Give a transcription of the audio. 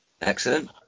Excellent